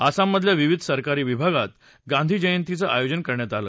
आसाममधल्या विविध सरकारी विभागात गांधीजयंतीचं आयोजन करण्यात आलं